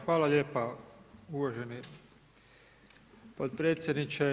Hvala lijepa uvaženi potpredsjedniče.